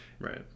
Right